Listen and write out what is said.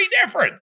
different